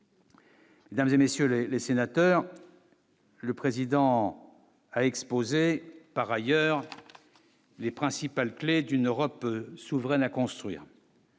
Mesdames et messieurs les les sénateurs. Le président a exposé par ailleurs les principales clés d'une Europe souveraine à construire.